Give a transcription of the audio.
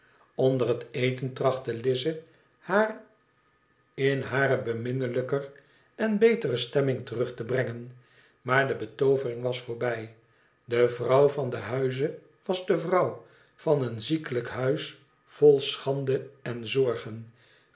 onder het eten trachtte lize haar in hare beminnelijker en betere stemming terug te brengen maar ie betooverin was voorbij de vrouw van den huize was de vrouw van een ziekelijk huis vol schande en zorgen